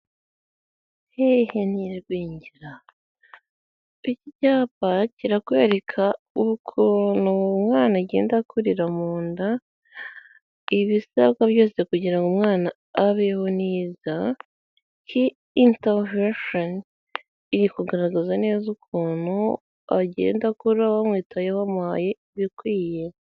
Hehe n'igwingira. Iki cyapa kirakwereka ukuntu umwana agenda akurira mu nda, ibisabwa byose kugira ngo umwana abeho neza, iyi intavesheni iri kugaragaza neza ukuntu agenda akura wamwitayeho wamumuhaye ibikwiye.